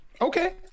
Okay